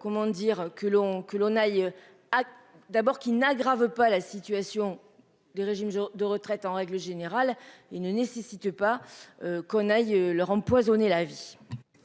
Comment dire que l'on, que l'on aille, ah d'abord qui n'aggravent pas la situation des régimes de retraite, en règle générale, il ne nécessite pas. Qu'on aille leur empoisonner la vie.